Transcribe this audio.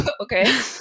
okay